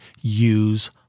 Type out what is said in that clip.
use